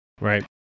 right